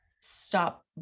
stop